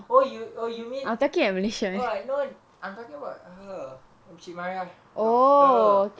oh you you you mean oh I know I'm talking about her and she married a doctor